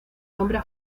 nombra